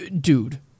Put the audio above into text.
Dude